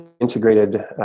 integrated